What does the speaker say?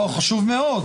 לא, חשוב מאוד.